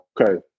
Okay